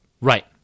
Right